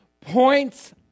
points